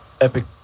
epic